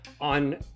on